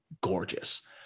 gorgeous